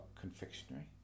confectionery